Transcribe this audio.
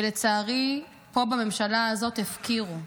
ולצערי פה בממשלה הזאת הפקירו,